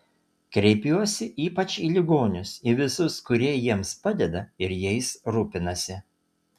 kreipiuosi ypač į ligonius į visus kurie jiems padeda ir jais rūpinasi